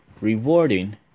Rewarding